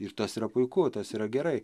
ir tas yra puiku tas yra gerai